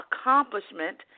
accomplishment